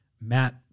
Matt